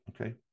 okay